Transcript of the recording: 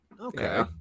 Okay